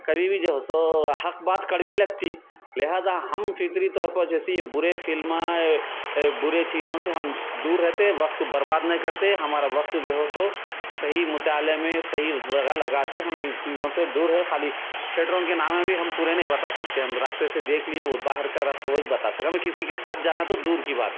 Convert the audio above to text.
کبھی بھی جو ہو سو حق بات کڑوی لگتی لہٰذا ہم فطری طور پر جیسے یہ برے فلمیں اے برے چیزوں سے ہم دور رہتے وقت کو برباد نہیں کرتے ہمارا وقت جو ہو سو صحیح مطالعے میں صحیح جگہ لگاتے ہم ان چیزوں سے دور ہے خالی تھیئٹروں کے نام بھی ہم پورے نہیں بتا سکتے ہم راستے سے دیکھ لیے وہ باہر کا راستہ وہ ہی بتا سکتے ہمیں کسی کے ساتھ جانا تو دور کی بات